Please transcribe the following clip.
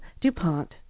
DuPont